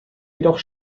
jedoch